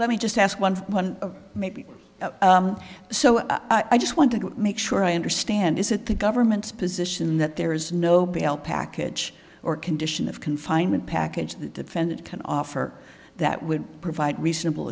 let me just ask one one maybe so i just want to make sure i understand is it the government's position that there is no bail package or condition of confinement package the defendant can offer that would provide reasonable